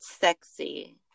sexy